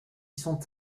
sont